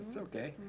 so okay.